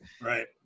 Right